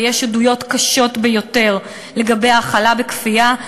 ויש עדויות קשות ביותר על האכלה בכפייה,